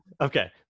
Okay